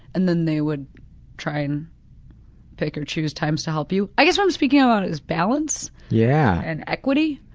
and then they would try and pick or choose times to help you. i guess what i'm speaking about is balance. yeah! and equity.